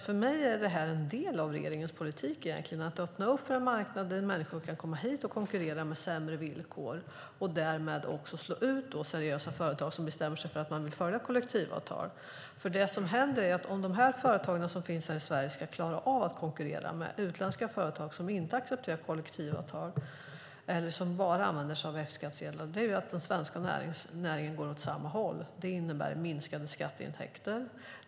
För mig är det här en del av regeringens politik, att öppna upp för en marknad så att människor kan komma hit och konkurrera med sämre villkor, och därmed slå ut seriösa företag som bestämmer sig för att man vill följa kollektivavtal. Det som händer är att om de företag som finns här i Sverige ska klara av att konkurrera med utländska företag som inte accepterar kollektivavtal eller som bara använder sig av F-skattsedel kommer den svenska näringen att gå åt samma håll. Det innebär minskade skatteintäkter.